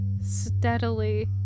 steadily